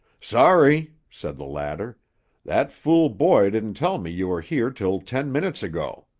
sorry, said the latter that fool boy didn't tell me you were here till ten minutes ago.